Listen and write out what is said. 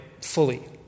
fully